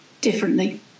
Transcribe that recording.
differently